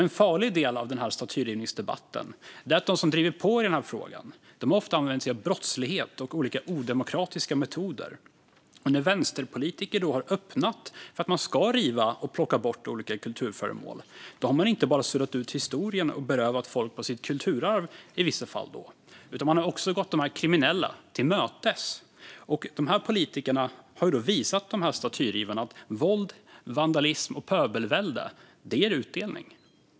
En farlig del av statyrivningsdebatten är att de som driver på i frågan ofta använder sig av brottslighet och olika odemokratiska metoder. När vänsterpolitiker har öppnat för att olika kulturföremål ska rivas och plockas bort har man inte bara suddat ut historien och berövat folk deras kulturarv, i vissa fall, utan man har också gått de kriminella till mötes. Dessa politiker har därmed visat statyrivarna att våld, vandalism och pöbelvälde ger utdelning.